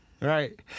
right